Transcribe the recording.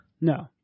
No